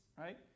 right